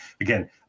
again